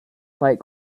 fight